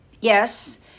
Yes